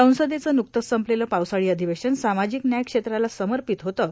संसदेचं न्कतेच संपलेलं पावसाळी र्आधवेशन सामाजिक न्याय क्षेत्राला सर्मापत होतं